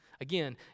Again